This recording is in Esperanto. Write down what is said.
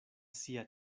sia